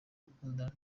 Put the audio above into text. gukundana